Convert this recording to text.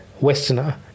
Westerner